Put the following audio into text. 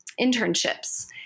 internships